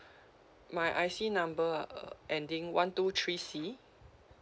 my I_C number uh ending one two three C